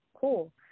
cool